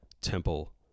temple